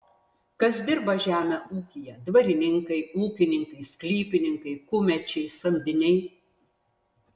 kas dirba žemę ūkyje dvarininkai ūkininkai sklypininkai kumečiai samdiniai